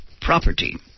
Property